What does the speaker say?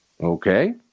Okay